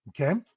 Okay